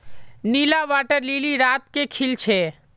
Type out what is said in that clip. नीला water lily रात के खिल छे